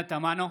פנינה תמנו,